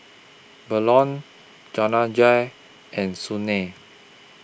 Bellur Jehangirr and Sunil